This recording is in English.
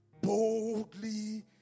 boldly